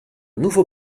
nouveau